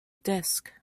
desk